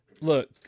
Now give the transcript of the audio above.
look